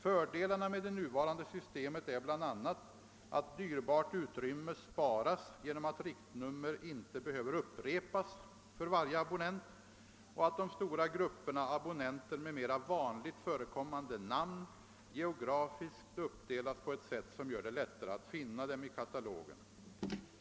Fördelarna med det nuvarande systemet är bl.a. att dyrbart utrymme sparas genom att riktnummer inte behöver upprepas för varje abonnent och att de stora grupperna abonnenter med mera vanligt förekommande namn geografiskt uppdelas på ett sätt som gör det lättare att finna dem i katalogen.